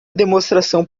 demonstração